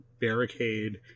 barricade